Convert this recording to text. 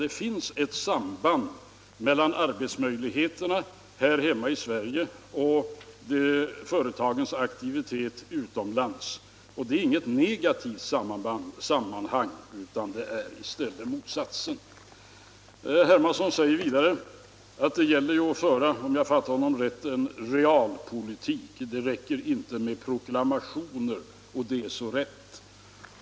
Det finns ett samband mellan arbetsmöjligheterna här hemma i Sverige och företagens aktivitet utomlands, och det är inget negativt sammanhang utan i stället motsatsen. Herr Hermansson säger vidare — om jag fattar honom rätt — att det gäller att föra realpolitik, det räcker inte med proklamationer. Och det är så rätt.